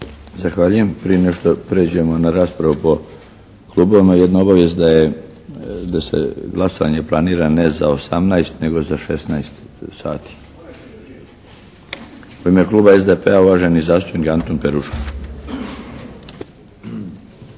Zahvaljujem. Prije nego što prijeđemo na raspravu po klubovima, jedna obavijest, da se glasanje planira ne za 18 nego za 16 sati. U ime kluba SDP-a uvaženi zastupnik Anton Peruško.